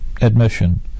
admission